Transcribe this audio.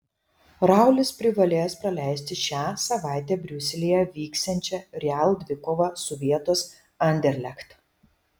raulis privalės praleisti šią savaitę briuselyje vyksiančią real dvikovą su vietos anderlecht